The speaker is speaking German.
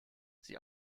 sie